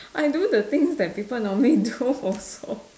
I do the things that people normally do also